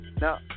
now